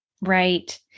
Right